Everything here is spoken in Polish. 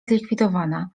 zlikwidowana